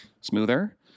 smoother